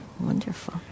wonderful